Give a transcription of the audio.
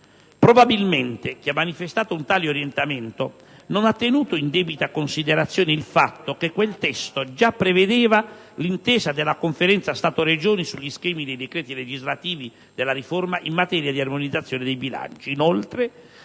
Probabilmente, chi ha manifestato un tale orientamento non ha tenuto in debita considerazione il fatto che quel testo già prevedeva l'intesa della Conferenza Stato-Regioni sugli schemi dei decreti legislativi della riforma in materia di armonizzazione dei bilanci.